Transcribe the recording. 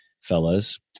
fellas